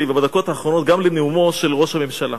ובדקות האחרונות לנאומו של ראש הממשלה.